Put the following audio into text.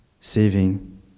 Saving